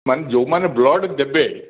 ମାନେ ଯେଉଁମାନେ ବ୍ଲଡ଼୍ ଦେବେ